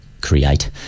create